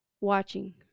watching